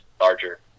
larger